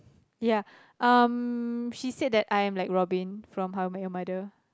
ya um she said that I am like Robin from how-I-met-your-mother